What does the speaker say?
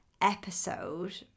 episode